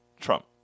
Trump